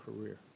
career